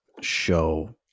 show